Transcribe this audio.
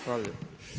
Hvala lijepa.